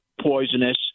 poisonous